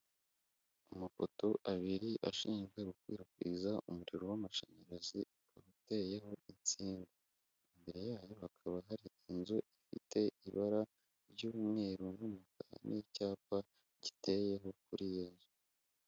Amafoto abiri ashinzwe gukwirakwiza umuriro w'amashanyarazi, ateyeho insinga, imbere yayo hakaba hari inzu ifite ibara ry'umweru n'umukara n'icyapa giteyeho kuri iyo nzu.